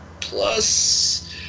plus